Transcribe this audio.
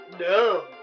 No